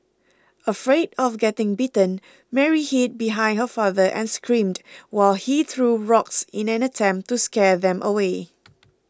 afraid of getting bitten Mary hid behind her father and screamed while he threw rocks in an attempt to scare them away